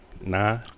Nah